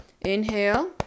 inhale